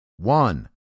One